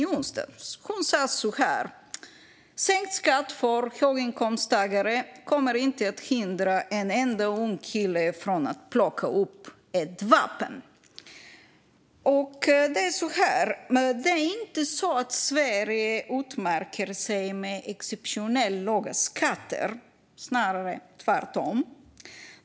Hon sa då att sänkt skatt för höginkomsttagare inte kommer att hindra en enda ung kille från att plocka upp ett vapen. Sverige utmärker sig inte med exceptionellt låga skatter, snarare tvärtom.